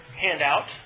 handout